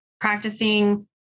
practicing